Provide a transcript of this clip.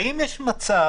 האם יש מצב,